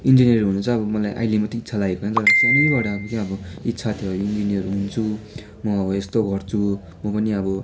engineer हुन चाहिँ आहिले मात्रै इच्छा लागेको होइन सानैबाट अब के अब इच्छा थियो इन्जिनियर हुन्छु म अब यस्तो गर्छु म पनि अब